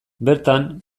bertan